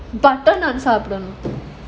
சாப்பிடனும்:saapidanum